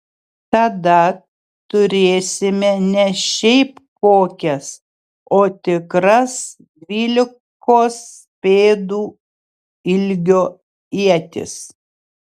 tada turėsime ne šiaip kokias o tikras dvylikos pėdų ilgio ietis